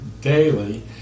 daily